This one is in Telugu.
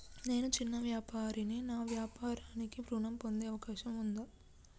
నేను చిన్న వ్యాపారిని నా వ్యాపారానికి ఋణం పొందే అవకాశం ఉందా?